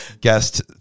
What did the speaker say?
guest